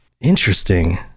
Interesting